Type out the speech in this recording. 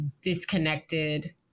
disconnected